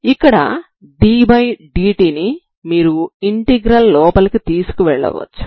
ఇక్కడ ddt ని మీరు ఇంటిగ్రల్ లోపలకు తీసుకు వెళ్ళవచ్చు